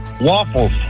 Waffles